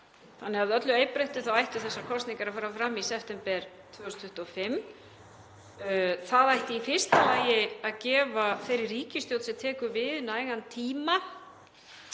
enda. Að öllu óbreyttu ættu þessar kosningar því að fara fram í september 2025. Það ætti í fyrsta lagi að gefa þeirri ríkisstjórn sem tekur við nægan tíma